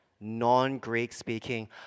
non-Greek-speaking